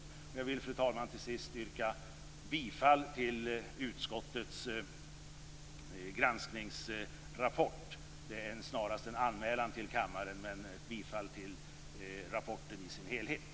Jag vill, fru talman, till sist yrka på godkännande av utskottets anmälan i dess helhet.